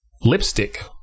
Lipstick